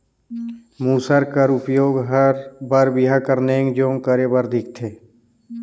मूसर कर उपियोग हर बर बिहा कर नेग जोग करे बर दिखथे